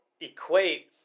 equate